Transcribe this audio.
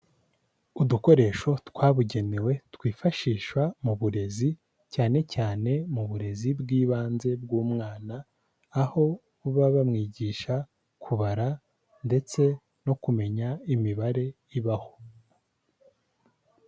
Udukoresho twabugenewe twifashishwa mu burezi cyane cyane mu burezi bw'ibanze bw'umwana aho baba bamwigisha kubara ndetse no kumenya imibare ibaho.